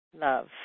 love